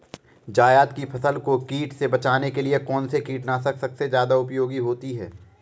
जायद की फसल को कीट से बचाने के लिए कौन से कीटनाशक सबसे ज्यादा उपयोगी होती है?